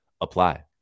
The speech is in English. apply